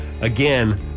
again